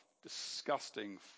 disgusting